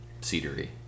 cedary